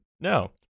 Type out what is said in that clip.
no